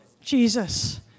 Jesus